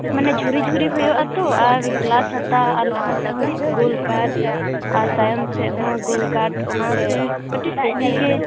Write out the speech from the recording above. ᱢᱟᱱᱮ ᱡᱷᱩᱨᱤ ᱡᱷᱩᱨᱤ ᱦᱩᱭᱩᱜᱼᱟ ᱟᱛᱚ ᱟᱨ ᱠᱞᱟᱥ ᱦᱟᱛᱟ ᱟᱨ ᱥᱟᱦᱟ ᱥᱮᱫ ᱦᱚᱸ ᱠᱳᱞ ᱠᱟᱴ ᱟᱨ ᱛᱟᱭᱚᱢ ᱥᱮᱫ ᱦᱚᱸ ᱜᱳᱞ ᱠᱟᱴ ᱚᱱᱟᱛᱮ ᱠᱟᱹᱴᱤᱡ ᱵᱮᱥᱤ ᱜᱮ